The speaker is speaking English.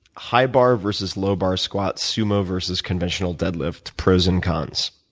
high bar versus low bar squats, sumo versus conventional dead lift pros and cons.